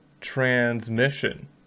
transmission